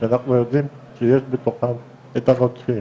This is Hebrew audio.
אנחנו יודעים שיש בתוכם את הנוטשים,